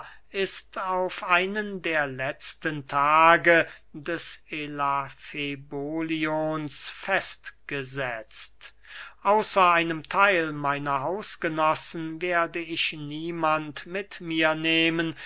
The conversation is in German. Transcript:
ist auf einen der letzten tage des elafebolions festgesetzt außer einem theil meiner hausgenossen werde ich niemand mit mir nehmen